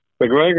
McGregor